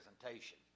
presentation